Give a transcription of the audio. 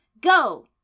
Go